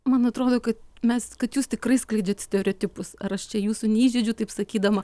man atrodo kad mes kad jūs tikrai skleidžiat stereotipus ar aš čia jūsų neįžeidžiu taip sakydama